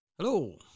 Hello